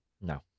No